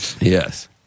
Yes